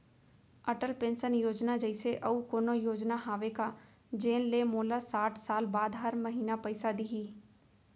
Atal pension योजना जइसे अऊ कोनो योजना हावे का जेन ले मोला साठ साल बाद हर महीना पइसा दिही?